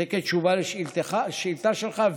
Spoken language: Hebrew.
זה בתשובה לשאילתה שלך,